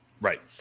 Right